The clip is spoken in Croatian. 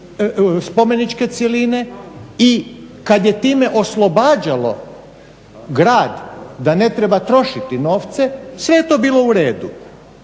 spomeničke cjeline i kada je time oslobađalo grad da ne treba trošiti novce sve je to bilo u redu.